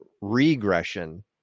regression